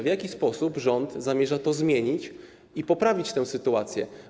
W jaki sposób rząd zamierza to zmienić i poprawić tę sytuację?